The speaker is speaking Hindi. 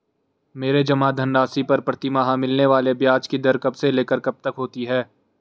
मेरे जमा धन राशि पर प्रतिमाह मिलने वाले ब्याज की दर कब से लेकर कब तक होती है?